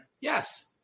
Yes